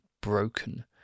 broken